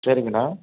சரிங்கண்ணா